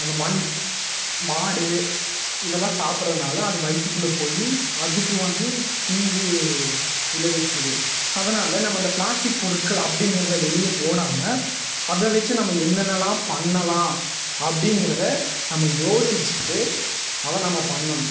அந்த மண் மாடு இதெல்லாம் சாப்பிட்றதுனால அது வயிற்றுக்குள்ள போய் அதுக்கு வந்து தீங்கு விளைவிக்குது அதனால் நம்ம அந்த ப்ளாஸ்டிக் பொருட்கள் அப்படிங்கிறத வெளியே போடாமல் அதை வச்சு நம்ம என்னென்னலாம் பண்ணலாம் அப்படிங்கிறத நம்ம யோசிச்சுட்டு அதை நம்ம பண்ணணும்